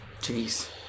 jeez